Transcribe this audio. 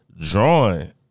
drawing